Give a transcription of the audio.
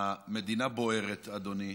המדינה בוערת, אדוני,